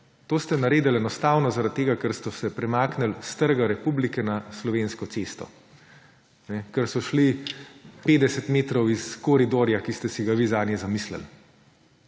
To ste naredil enostavno zaradi tega, ker so se premaknil s Trga republike na Slovensko cesto. Ker so šli 50 metrov iz koridorja, ki ste si ga vi zanje zamislili.